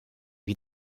wie